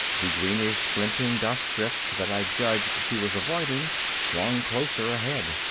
the greenishly glinting dust drift that i'd judged she was avoiding swung closer ahead.